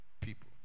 people